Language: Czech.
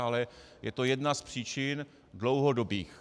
Ale je to jedna z příčin dlouhodobých.